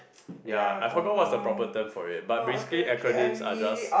ya I forgot what's the proper term for it but basically acronyms are just